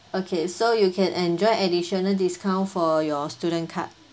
okay so you can enjoy additional discount for your student card